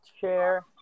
share